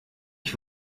ich